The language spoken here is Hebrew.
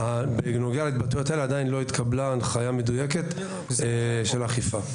בנוגע להתבטאויות האלה עדיין לא התקבלה הנחיה מדויקת של אכיפה,